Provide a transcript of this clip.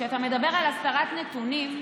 כשאתה מדבר על הסתרת נתונים,